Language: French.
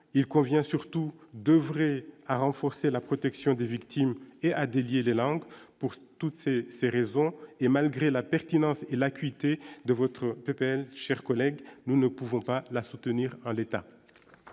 il convient surtout d'oeuvrer à renforcer la protection des victimes et à délier les langues pour toutes ces ces raisons, et malgré la pertinence et l'acuité de votre peine, chers collègues, nous ne pouvons pas la soutenir en l'état.